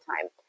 time